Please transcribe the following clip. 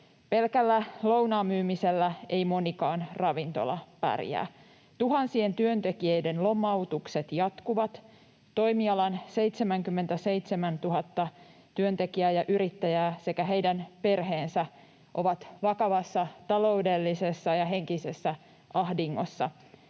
Pelkällä lounaan myymisellä ei monikaan ravintola pärjää. Tuhansien työntekijöiden lomautukset jatkuvat, toimialan 77 000 työntekijää ja yrittäjää sekä heidän perheensä ovat vakavassa taloudellisessa ja henkisessä ahdingossa,